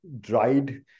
dried